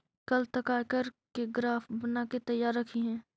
कल तक आयकर के ग्राफ बनाके तैयार रखिहें